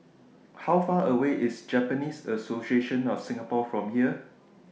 How Far away IS Japanese Association of Singapore from here